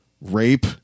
rape